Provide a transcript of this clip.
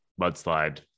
mudslide